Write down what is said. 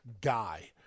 guy